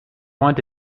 want